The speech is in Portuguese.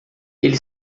ele